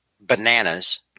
bananas